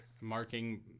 marking